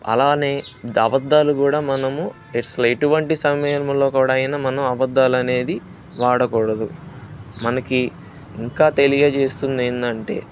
అలాగే అబద్దాలు కూడా మనము ఎట్ ఎటువంటి సమయంలో కూడా అయినా మనం అబద్దాలు అనేది వాడకూడదు మనకు ఇంకా తెలియజేస్తుంది ఏంటంటే